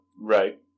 right